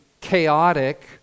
chaotic